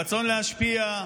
הרצון להשפיע,